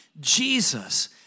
Jesus